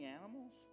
animals